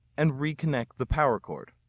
and reconnect the power cord.